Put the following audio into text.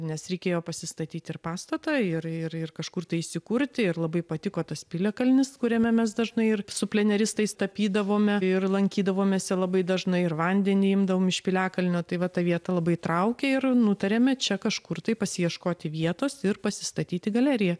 nes reikėjo pasistatyti ir pastatą ir ir ir kažkur tai įsikurti ir labai patiko tas piliakalnis kuriame mes dažnai ir tapydavome ir lankydavomės labai dažnai ir vandenį imdavom iš piliakalnio tai va ta vieta labai traukė ir nutarėme čia kažkur tai pasiieškoti vietos ir pasistatyti galeriją